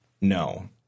no